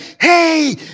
hey